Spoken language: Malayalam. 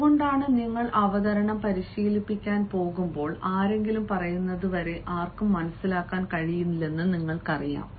അതുകൊണ്ടാണ് നിങ്ങൾ അവതരണം പരിശീലിപ്പിക്കാൻ പോകുമ്പോൾ ആരെങ്കിലും പറയുന്നത് വരെ ആർക്കും മനസിലാക്കാൻ കഴിയില്ലെന്ന് നിങ്ങൾക്കറിയാം